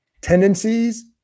tendencies